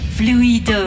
fluido